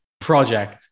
project